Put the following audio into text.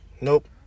Nope